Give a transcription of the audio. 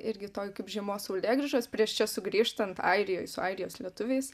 irgi toj kaip žiemos saulėgrįžos prieš čia sugrįžtant airijoj su airijos lietuviais